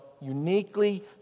uniquely